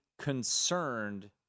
concerned